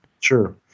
Sure